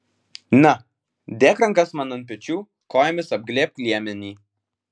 na dėk rankas man ant pečių kojomis apglėbk liemenį